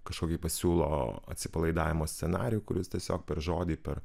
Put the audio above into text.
kažkokį pasiūlo atsipalaidavimo scenarijų kuris tiesiog per žodį per